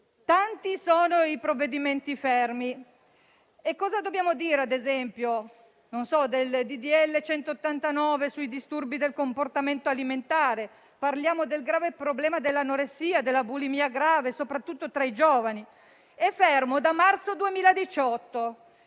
Tanti sono i provvedimenti fermi. Cosa dobbiamo dire, ad esempio, del disegno di legge n. 189 sui disturbi del comportamento alimentare? Parliamo del serio problema dell'anoressia e della bulimia grave, soprattutto tra i giovani. È fermo dal marzo 2018.